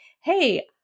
hey